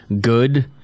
good